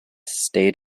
stayed